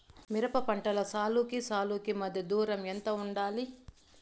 మిరప పంటలో సాలుకి సాలుకీ మధ్య దూరం ఎంత వుండాలి?